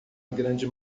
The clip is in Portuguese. grande